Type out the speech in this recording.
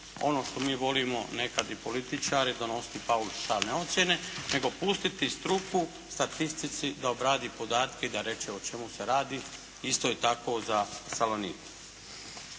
ono što mi volimo nekad i političari donositi paušalne ocjene, nego pustiti struku statistici da obradi podatke i da reče o čemu se radi. Isto tako i za “Salonit“.